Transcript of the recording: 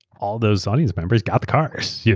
all those audience members got the cars. yeah